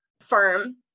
firm